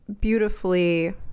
beautifully